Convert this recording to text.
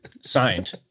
Signed